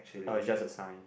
oh it's just a sign